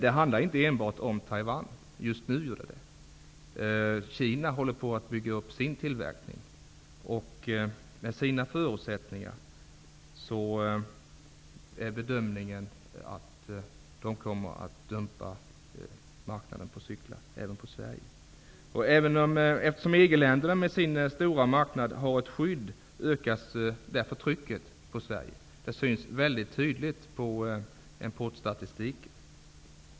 Det handlar inte enbart om Taiwan, även om det just nu gör det. Kina håller på att bygga upp sin tillverkning, och med Kinas förutsättningar är bedömningen att man kommer att dumpa marknaden på cyklar även i Sverige. Eftersom EG-länderna med sin stora marknad har ett skydd, ökar trycket på Sverige. Det syns mycket tydligt på importstatistiken.